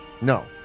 No